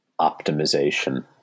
optimization